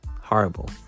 horrible